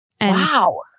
Wow